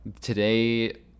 today